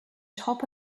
top